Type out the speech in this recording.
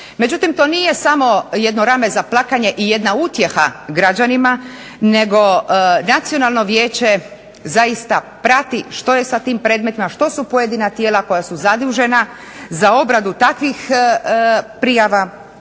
Međutim, to nije samo jedno rame za plakanje i jedna utjeha građanima. Nego Nacionalno vijeće zaista prati što je sa tim predmetima, što su pojedina tijela koja su zadužena za obradu takvih prijava